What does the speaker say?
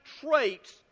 traits